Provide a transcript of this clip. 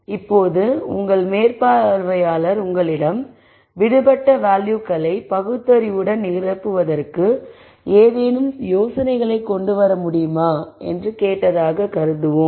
இப்போது உங்கள் மேற்பார்வையாளர் உங்களிடம் விடுபட்ட வேல்யூக்களை பகுத்தறிவுடன் நிரப்புவதற்கு ஏதேனும் யோசனைகளைக் கொண்டு வர முடியுமா என்று கேட்டதாக கருதுவோம்